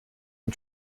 and